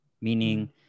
meaning